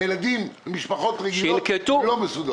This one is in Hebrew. הילדים ממשפחות רגילות לא מסודרים.